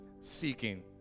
seeking